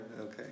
okay